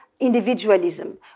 individualism